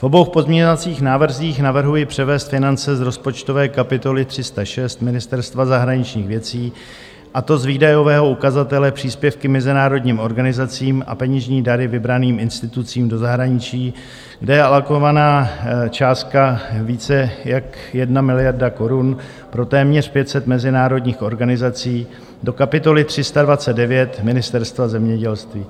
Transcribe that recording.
V obou pozměňovacích návrzích navrhuji převést finance z rozpočtové kapitoly 306 Ministerstva zahraničních věcí, a to z výdajového ukazatele Příspěvky mezinárodním organizacím a peněžní dary vybraným institucím do zahraničí, kde je alokovaná částka více jak 1 miliarda korun pro téměř 500 mezinárodních organizací, do kapitoly 329 Ministerstva zemědělství.